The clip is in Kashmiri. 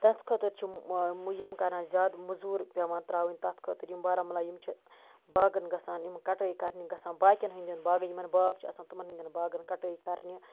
تتھ خٲطرٕ چھِ یِم کَران زیادٕ مٔزوٗر پیٚوان تراوٕنۍ تتھ خٲطرٕ یِم بارامُلا یِم چھِ باغَن گَژھان یِم کَٹٲے کَرنہِ گَژھان باقیَن ہٕنٛدٮ۪ن باغَن یِمَن باغ چھ آسان تِمَن ہٕنٛدیٚن باغَن کَٹٲے کَرنہِ